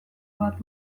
bat